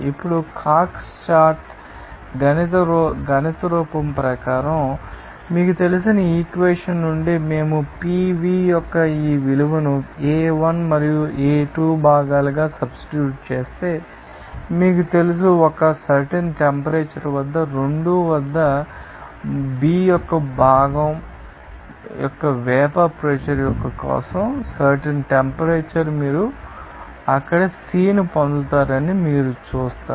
ఇప్పుడు Cox chart గణిత రూపం ప్రకారం మీకు తెలిసిన ఇక్వేషన్ నుండి మేము Pv యొక్క ఈ విలువను A1 మరియు A2 భాగాలకు సబ్స్టిట్యూట్ చేస్తే మీకు తెలుసు ఒక సర్టెన్ టెంపరేచర్ వద్ద 2 వద్ద B యొక్క భాగం యొక్క వేపర్ ప్రెషర్ కోసం సర్టెన్ టెంపరేచర్ మీరు అక్కడ C ను పొందుతారని మీరు చూస్తారు